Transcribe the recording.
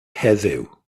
heddiw